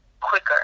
quicker